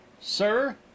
Sir